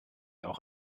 auch